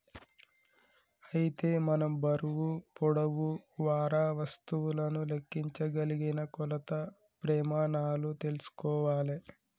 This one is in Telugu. అయితే మనం బరువు పొడవు వారా వస్తువులను లెక్కించగలిగిన కొలత ప్రెమానాలు తెల్సుకోవాలే